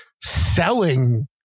selling